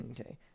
Okay